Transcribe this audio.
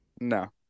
No